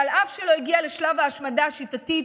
שאף שלא הגיעה לשלב ההשמדה השיטתית,